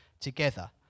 together